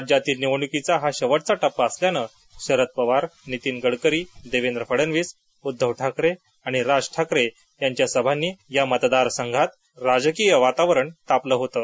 राज्यातील निवडणुकीचा हा शेवटचा टप्पा असल्यानं शरद पवार नीतीन गडकरी देवेंद्र फडणवीस उध्दव ठाकरे आणि राज ठाकरे यांच्या सभांनी या मतदार संघात राजकीय वातावरण तापलं होतं